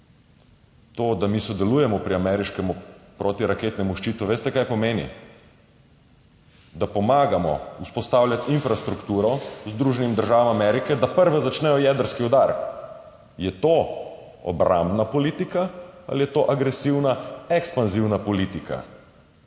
To, da mi sodelujemo pri ameriškem protiraketnem ščitu, veste, kaj pomeni? Da pomagamo vzpostavljati infrastrukturo Združenim državam Amerike, da prve začnejo jedrski udar! Je to obrambna politika ali je to agresivna ekspanzivna politika?